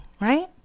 right